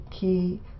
key